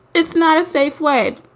it's not a safe word.